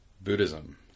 Buddhism